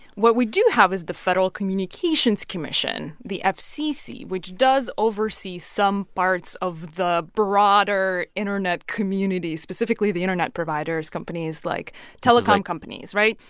what we do have is the federal communications commission, the fcc, which does oversee some parts of the broader internet community, specifically the internet providers companies like telecom companies, right?